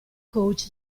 coach